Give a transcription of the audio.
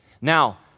Now